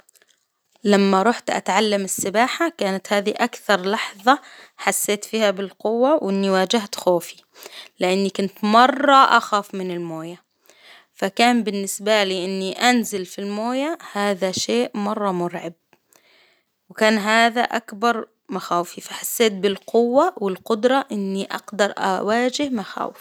لما رحت أتعلم السباحة كانت هذي أكثر لحظة حسيت فيها بالقوة وإني واجهت خوفي، لإني كنت مرة أخاف من الموية، فكان بالنسبة لي إني أنزل في الموية هذا شيء مرة مرعب، وكان هذا أكبر مخاوفي، فحسيت بالقوة والقدرة إني أقدر أواجه مخاوفي.